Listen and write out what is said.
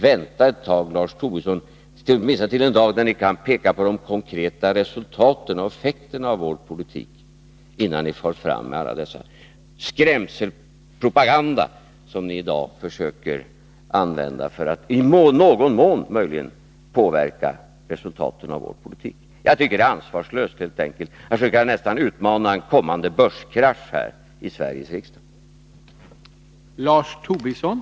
Vänta ett tag, Lars Tobisson — åtminstone till den dag då ni kan peka på de konkreta resultaten och effekterna av vår politik — innan ni far fram med all skräckpropaganda som ni i dag försöker använda för att i någon mån möjligen påverka denna politik. Jag tycker att det helt enkelt är ansvarslöst att här i riksdagen nästan försöka frammana en kommande börskrasch.